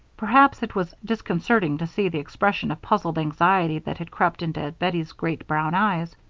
perhaps it was disconcerting to see the expression of puzzled anxiety that had crept into bettie's great brown eyes,